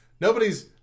Nobody's